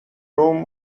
room